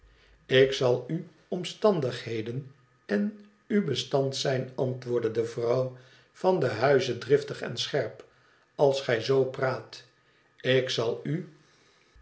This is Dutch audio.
lik zal u omstandigheden en u bestand zijn antwoordde de vrouw van den huize driftig en scherp lals gij zoo praat ik zal u